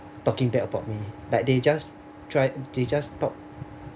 talking bad about me but they just try they just talk